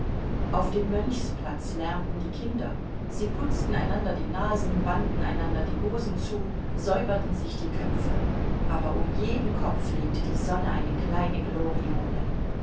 auf dem mönchsplatz lärmten die kinder sie putzten einander die nasen banden einander die hosen zu säuberten sich die köpfe aber um jeden kopf legte die sonne eine kleine gloriole